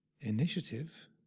initiative